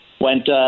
went